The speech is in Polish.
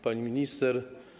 Pani Minister!